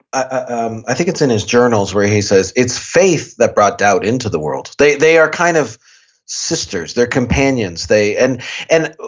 ah um i think it's in his journals where he says, it's faith that brought out into the world. they they are kind of sisters they're companions, they, and and